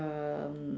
um